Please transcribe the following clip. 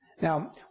Now